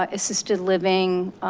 ah assisted living